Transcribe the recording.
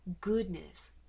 goodness